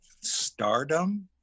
stardom